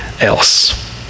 else